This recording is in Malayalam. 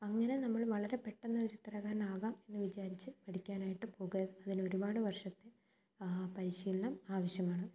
അങ്ങനെ നമ്മൾ വളരെ പെട്ടെന്നൊരു ചിത്രകാരനാകാം എന്ന് വിചാരിച്ച് പഠിക്കാനായിട്ട് പോകാം അങ്ങനെ ഒരുപാട് വർഷത്തെ ആ പരിശീലനം ആവശ്യമാണ്